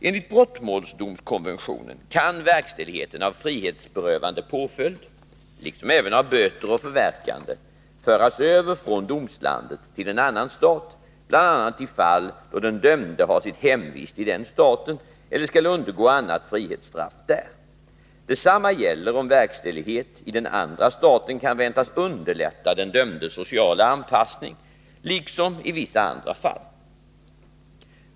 Enligt brottmålsdomskonventionen kan verkställigheten av frihetsberövande påföljd — liksom även när det gäller böter och förverkande — föras över från domslandet till en annan stat, bl.a. i fall då den dömde har sitt hemvist i den staten eller skall undergå annat frihetsstraff där. Detsamma gäller om verkställighet i den andra staten kan väntas underlätta den dömdes sociala anpassning liksom i vissa andra fall.